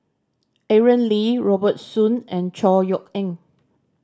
Aaron Lee Robert Soon and Chor Yeok Eng